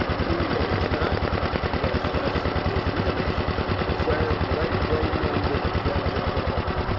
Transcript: he that is not against us is with us sir, let plain men be the judges of villainy.